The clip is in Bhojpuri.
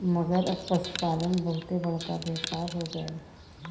मगर अब पसुपालन बहुते बड़का व्यापार हो गएल हौ